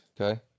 Okay